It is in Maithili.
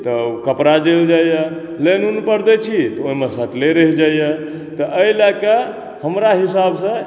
तऽ कपड़ा जरि जाइ यऽ लेनिन पर दै छी तऽ ओहिमे सटले रहि जाइ यऽ तऽ एहि लए के हमरा हिसाब सॅं